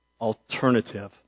alternative